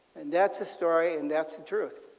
and that's story and that's the truth.